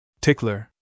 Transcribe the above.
Tickler